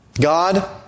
God